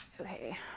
okay